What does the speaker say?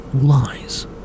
lies